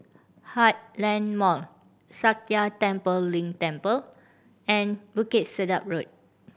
Heartland Mall Sakya Tenphel Ling Temple and Bukit Sedap Road